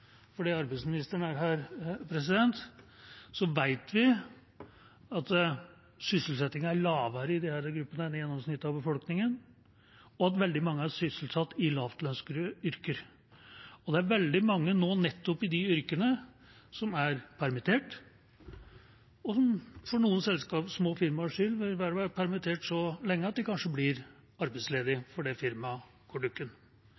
fordi arbeidsministeren er her, vet vi at sysselsettingen er lavere i disse gruppene enn i gjennomsnittet i befolkningen, og at veldig mange er sysselsatt i lavlønnsyrker. Det er veldig mange nettopp i disse yrkene som nå er permittert, og for noen små firmaers vedkommende vil være permittert så lenge at de kanskje blir